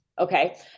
okay